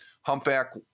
Humpback